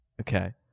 okay